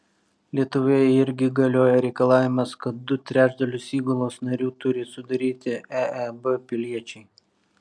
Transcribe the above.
lietuvoje irgi galioja reikalavimas kad du trečdalius įgulos narių turi sudaryti eeb piliečiai